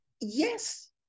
Yes